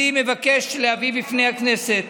אני מבקש להביא בפני הכנסת